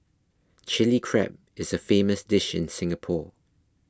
Chilli Crab is a famous dish in Singapore